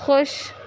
خوش